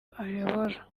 ayobora